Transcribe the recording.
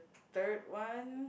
third one